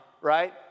right